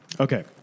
Okay